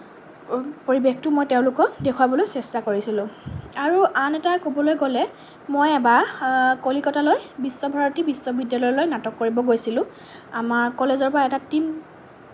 পৰিৱেশটো মই তেওঁলোকক দেখুৱাবলৈ চেষ্টা কৰিছিলোঁ আৰু আন এটা ক'বলৈ গ'লে মই এবাৰ কলিকতালৈ বিশ্ব ভাৰতী বিশ্ববিদ্যালয়লৈ নাটক কৰিব গৈছিলোঁ আমাৰ কলেজৰ পৰা এটা টিম